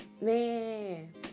man